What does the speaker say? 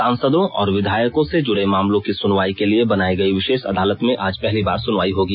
सांसदों और विधायकों से जुड़े मामलों की सुनवाई के लिए बनाई गई विशेष अदालत में आज पहली बार सुनवाई होगी